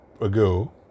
ago